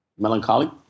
Melancholy